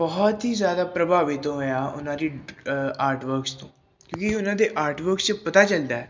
ਬਹੁਤ ਹੀ ਜ਼ਿਆਦਾ ਪ੍ਰਭਾਵਿਤ ਹੋਇਆ ਉਹਨਾਂ ਦੀ ਆਰਟ ਵਰਕਸ ਕਿਉਂਕਿ ਉਹਨਾਂ ਦੇ ਆਰਟ ਵਰਕਸ 'ਚ ਪਤਾ ਚਲਦਾ